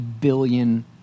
billion